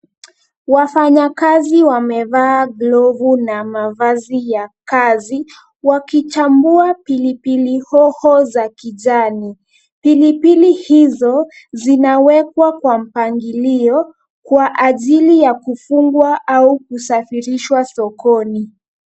Wafanyakazi wamevaa glovu na mavazi ya kazi wakichambua pilipili hoho za kijani. Pilipili hizo zinawekwa kwa mpangilio kwa ajili ya kufungwa au kusafirishwa sokoni.